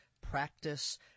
practice